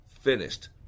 finished